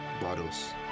bottles